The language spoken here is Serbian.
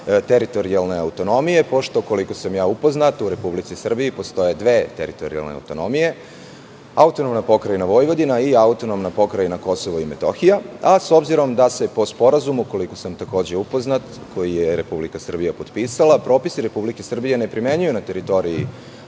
teritorijalne autonomije, pošto, koliko sam ja upoznat, u Republici Srbiji postoje dve teritorijalne autonomije - AP Vojvodina i AP Kosovo i Metohija i s obzirom da se po sporazumu, koliko sam upoznat, koji je Republika Srbija potpisala, propisi Republike Srbije ne primenjuju na teritoriji